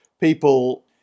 people